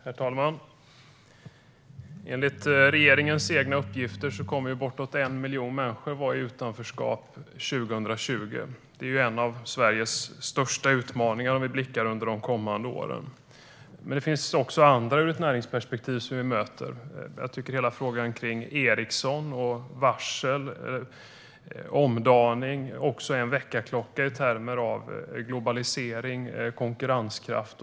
Herr talman! Enligt regeringens egna uppgifter kommer bortåt 1 miljon människor att vara i utanförskap 2020. Det är en av Sveriges största utmaningar, om vi blickar framåt mot de kommande åren. Vi möter också andra utmaningar ur ett näringsperspektiv. Hela frågan om Ericsson, varsel och omdaning är en väckarklocka i termer av globalisering och konkurrenskraft.